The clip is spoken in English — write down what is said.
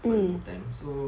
for the meantime so